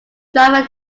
driver